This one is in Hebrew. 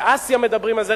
באסיה מדברים על זה,